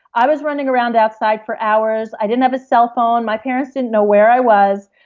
i was running around outside for hours. i didn't have a cell phone. my parents didn't know where i was.